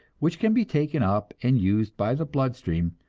which can be taken up and used by the blood stream,